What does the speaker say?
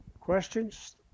Questions